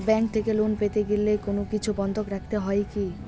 Bank থেকে loan পেতে গেলে কোনো কিছু বন্ধক রাখতে হয় কি?